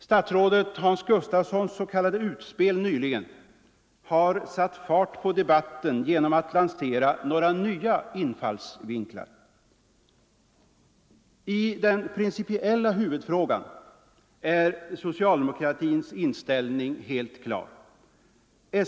Statsrådet Hans Gustafssons s.k. utspel nyligen har satt fart på debatten genom att lansera några nya infallsvinklar. I den principiella huvudfrågan är socialdemokratins inställning helt klar.